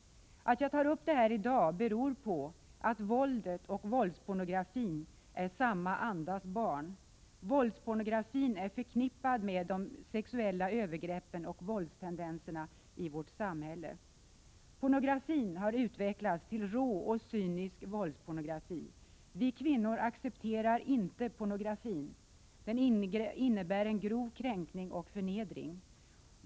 Att jag tar upp detta i dag beror på att våldet och våldspornografin är samma andas barn. Våldspornografin är förknippad med de sexuella övergreppen och med våldstendenserna i vårt samhälle. Pornografin har utvecklats till rå och cynisk våldspornografi. Vi kvinnor accepterar inte pornografin. Den innebär en grov kränkning och förnedring.